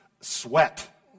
sweat